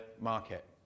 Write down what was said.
market